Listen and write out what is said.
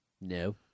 No